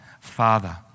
Father